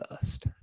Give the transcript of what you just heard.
first